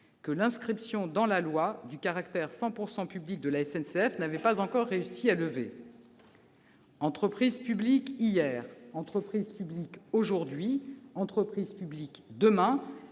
que l'inscription dans la loi du caractère 100 % public de la SNCF n'avait pas encore réussi à lever. Entreprise publique hier, entreprise publique aujourd'hui, entreprise publique demain,